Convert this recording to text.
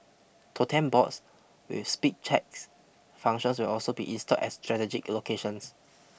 totem boards with speed checks functions will also be installed at strategic locations